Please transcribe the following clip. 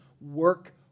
work